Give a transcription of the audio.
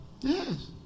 Yes